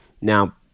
Now